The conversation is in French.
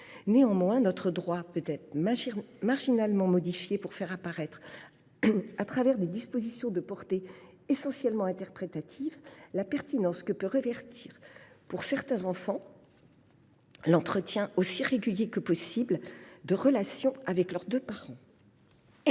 Néanmoins, notre droit peut être marginalement modifié pour faire apparaître, au travers de dispositions de portée essentiellement interprétative, la pertinence que peut revêtir, pour certains enfants, l’entretien aussi régulier que possible de relations avec leurs deux parents.